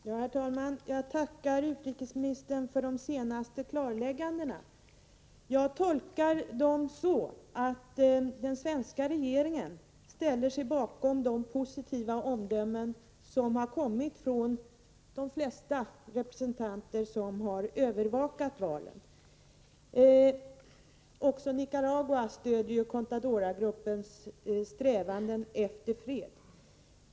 Herr talman! Jag tackar utrikesministern för de senaste klarläggandena. Jag tolkar dem så att den svenska regeringen ställer sig bakom de positiva omdömen som har kommit från de flesta representanter som har övervakat valen. Också Nicaragua stöder Contadora-gruppens strävanden efter fred.